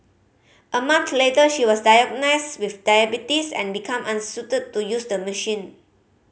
a month later she was diagnosed with diabetes and become unsuited to use the machine